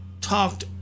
talked